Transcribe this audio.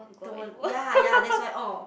don't want ya ya that's why orh